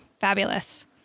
Fabulous